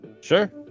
Sure